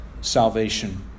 salvation